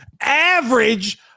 Average